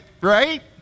Right